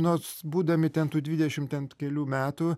nors būdami ten tų dvidešim ten kelių metų